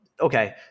Okay